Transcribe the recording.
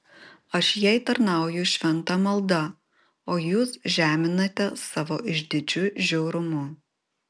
aš jai tarnauju šventa malda o jūs žeminate savo išdidžiu žiaurumu